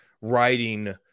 writing